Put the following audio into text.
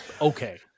Okay